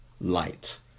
light